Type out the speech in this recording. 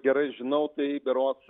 gerai žinau tai berods